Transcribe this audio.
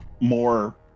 more